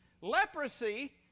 Leprosy